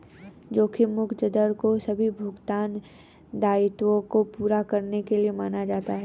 जोखिम मुक्त दर को सभी भुगतान दायित्वों को पूरा करने के लिए माना जाता है